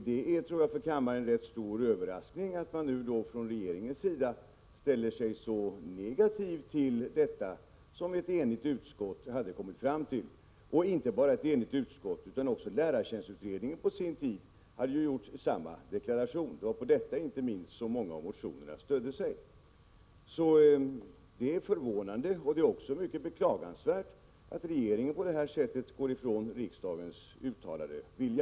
Jag tror att det för kammaren är en rätt stor överraskning att man från regeringens sida ställer sig negativ till detta som ett enigt utskott kommit fram till — och inte bara ett enigt utskott: Också lärartjänstutredningen på sin tid gjorde samma deklaration, och det var inte minst på den som många av motionerna stödde sig. Det är förvånande och mycket beklagligt att regeringen på detta sätt går ifrån riksdagens uttalade vilja.